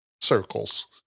circles